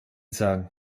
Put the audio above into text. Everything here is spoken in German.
sagen